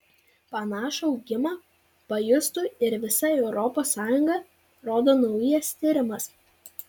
panašų augimą pajustų ir visa europos sąjunga rodo naujas tyrimas